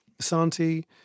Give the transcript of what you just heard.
Santi